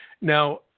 Now